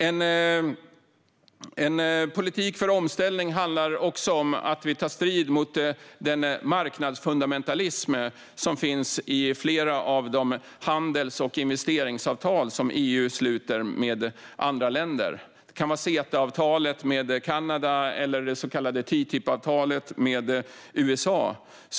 En politik för omställning handlar också om att ta strid mot den marknadsfundamentalism som finns i flera av de handels och investeringsavtal som EU sluter med andra länder - det kan vara CETA-avtalet med Kanada eller det så kallade TTIP-avtalet med USA.